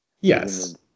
Yes